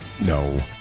No